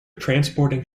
transporting